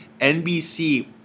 NBC